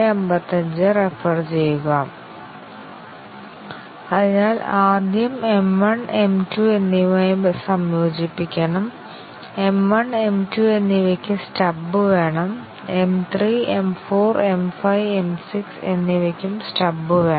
അതിനാൽ ആദ്യം M 1 M 2 എന്നിവയുമായി സംയോജിപ്പിക്കണം M 1 M 2 എന്നിവയ്ക്ക് സ്റ്റബ് വേണം M3 M4 M5 M6 എന്നിവയ്ക്കും സ്റ്റബ് വേണം